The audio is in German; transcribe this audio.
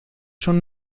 schon